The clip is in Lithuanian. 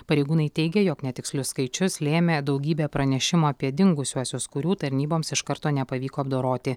pareigūnai teigė jog netikslius skaičius lėmė daugybė pranešimų apie dingusiuosius kurių tarnyboms iš karto nepavyko apdoroti